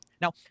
Now